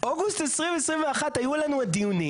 אוגוסט 2021 היו לנו הדיונים.